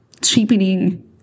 cheapening